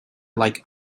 like